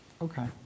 Okay